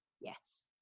yes